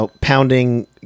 pounding